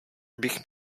bych